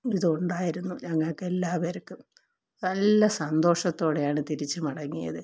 ഇതുണ്ടായിരുന്നു ഞങ്ങൾക്കെല്ലാവർക്കും നല്ല സന്തോഷത്തോടെയാണ് തിരിച്ച് മടങ്ങിയത്